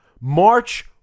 March